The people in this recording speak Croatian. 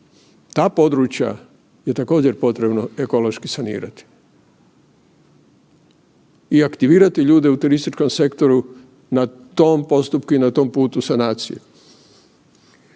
ta područja je također potrebno ekološki sanirati i aktivirati ljude u turističkom sektoru na tom postupku i na tom putu sanacije.